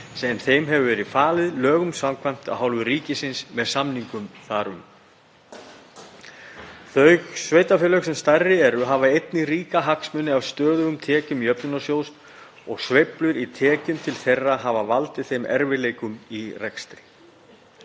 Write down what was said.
sem þeim hefur verið falið lögum samkvæmt af hálfu ríkisins með samningum þar um. Þau sveitarfélög sem stærri eru hafa einnig ríka hagsmuni af stöðugum greiðslum jöfnunarsjóðs og sveiflur í greiðslum til þeirra hafa valdið þeim erfiðleikum í rekstri.